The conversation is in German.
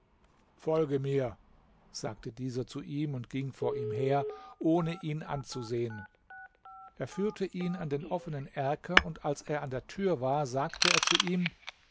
folge mir sagte dieser zu ihm und ging vor ihm her ohne ihn anzusehen er führte ihn an den offenen erker und als er an der tür war sagte er zu ihm